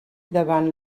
davant